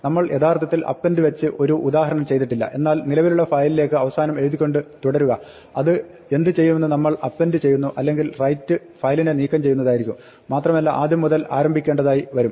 നമ്മൾ യഥാർത്ഥത്തിൽ അപ്പെൻഡ് വെച്ച് ഒരു ഉദാഹരണം ചെയ്തിട്ടില്ല എന്നാൽ നിലവിലുള്ള ഫയലിലേക്ക് അവസാനം എഴുതിക്കൊണ്ട് തുടരുക അത് എന്ത് ചെയ്യുമെന്ന് നമ്മൾ അപ്പെൻഡ് ചെയ്യുന്നു അല്ലെങ്കിൽ റൈറ്റ് ഫയലിനെ നീക്കം ചെയ്യുന്നതായിരിക്കും മാത്രമല്ല ആദ്യം മുതൽ ആരംഭിക്കേണ്ടി വരും